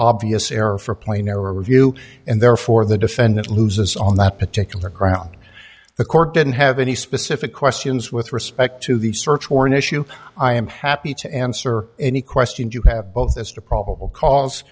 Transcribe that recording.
bvious error for planar review and therefore the defendant loses on that particular crown the court didn't have any specific questions with respect to the search warrant issue i am happy to answer any questions you have both as to probable cause